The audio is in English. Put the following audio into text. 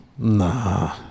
Nah